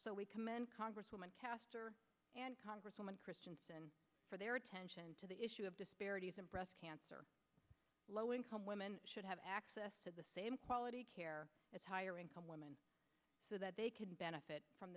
so we commend congresswoman caster congresswoman christianson for their attention to the issue of disparities and breast cancer low income women should have access to the same quality care that's higher income women so that they could benefit from